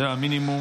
זה המינימום.